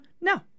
No